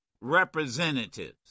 representatives